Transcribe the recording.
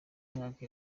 mwaka